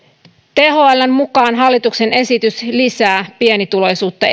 thln mukaan hallituksen esitys lisää pienituloisuutta